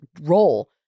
role